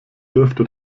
dürfte